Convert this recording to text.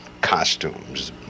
costumes